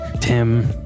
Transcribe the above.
Tim